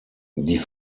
die